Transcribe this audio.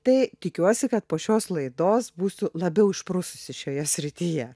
tai tikiuosi kad po šios laidos būsiu labiau išprususi šioje srityje